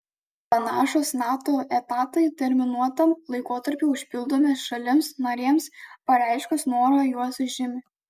panašūs nato etatai terminuotam laikotarpiui užpildomi šalims narėms pareiškus norą juos užimi